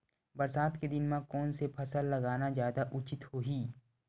बरसात के दिन म कोन से फसल लगाना जादा उचित होही?